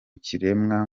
kiremwa